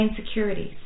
insecurities